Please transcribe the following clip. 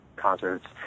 concerts